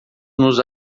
nos